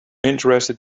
interested